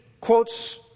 quotes